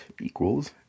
equals